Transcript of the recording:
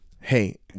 Hey